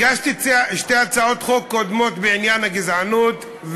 הגשתי שתי הצעות חוק קודמות בעניין הגזענות,